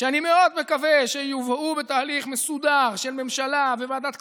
שאני מקווה מאוד שיובאו בתהליך מסודר של ממשלה וועדת כספים.